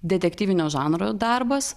detektyvinio žanro darbas